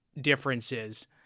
differences